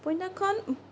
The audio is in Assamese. উপন্যাসখন